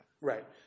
Right